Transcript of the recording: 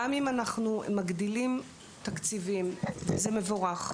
גם אם אנחנו מגדילים תקציבים זה מבורך.